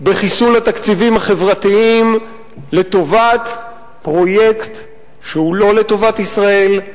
בחיסול התקציבים החברתיים לטובת פרויקט שהוא לא לטובת ישראל,